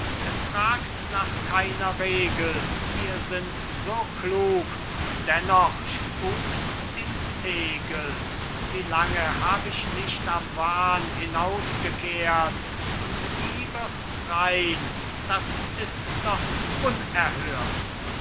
es fragt nach keiner regel wir sind so klug und dennoch spukt's in tegel wie lange hab ich nicht am wahn hinausgekehrt und nie wird's rein das ist doch unerhört